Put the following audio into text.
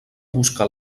buscar